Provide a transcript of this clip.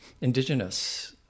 indigenous